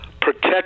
protect